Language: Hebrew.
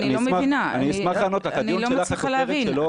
אני לא מבינה --- אני אשמח לענות לך --- אני לא מצליחה להבין.